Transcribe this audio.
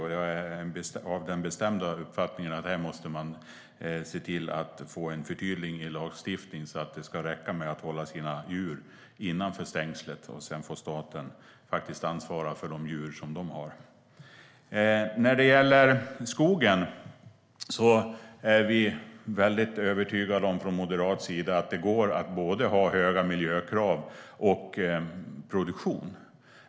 Jag är av den bestämda uppfattningen att här måste man få ett förtydligande i lagstiftningen så att det ska räcka med att hålla sina djur innanför stängslet, och sedan får staten ansvara för de djur som den har. När det gäller skogen är vi från moderat sida övertygade om att det går att både ha höga miljökrav och produktion.